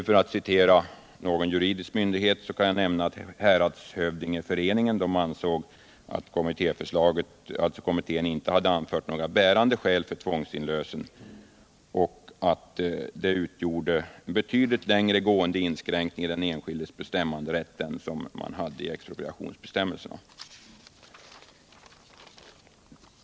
För att citera någon juridisk expertis kan jag nämna att Häradshövdingeföreningen ansåg att den kommitté som utrett frågan inte håde anfört några bärande skäl för tvångsinlösen och att förslaget innebar betydligt längre gående inskränkning i den enskildes bestämmanderätt än man hade i expropriationsbestämmelserna.